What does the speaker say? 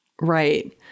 Right